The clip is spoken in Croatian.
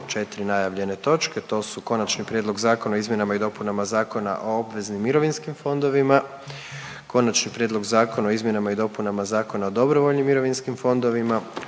smo zaključke da se Konačni prijedlog zakona o izmjenama i dopunama Zakona o obveznim mirovinskim fondovima P.Z. br. 585., Konačni prijedlog zakona o izmjenama i dopunama Zakona o dobrovoljnim mirovinskim fondovima,